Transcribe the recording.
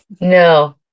No